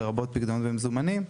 לרבות פיקדונות ומזומנים.